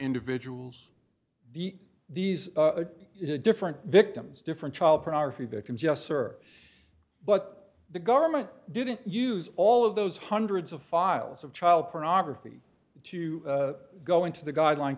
individuals the these different victims different child pornography they can just serve but the government didn't use all of those hundreds of files of child pornography to go into the guideline